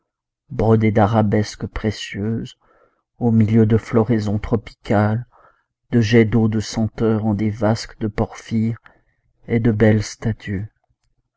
brodés d'arabesques précieuses au milieu de floraisons tropicales de jets d'eau de senteur en des vasques de porphyre et de belles statues